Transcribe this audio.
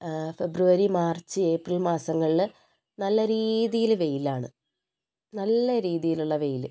ഫെബ്രുവരി March April മാസങ്ങളിൽ നല്ല രീതിയിൽ വെയിലാണ് നല്ല രീതിയിലുള്ള വെയിൽ